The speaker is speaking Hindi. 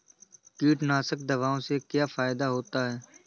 कीटनाशक दवाओं से क्या फायदा होता है?